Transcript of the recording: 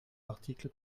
l’article